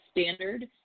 standard